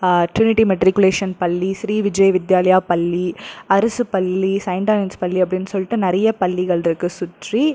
Trinity matriculation பள்ளி ஸ்ரீ விஜய் வித்யாலையா பள்ளி அரசு பள்ளி செய்ண்ட் ஆன்ஸ் பள்ளி அப்டின்னு சொல்லிட்டு நிறையே பள்ளிகள்ருக்குது சுற்றி